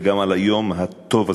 וגם על היום הטוב הזה.